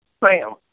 Bam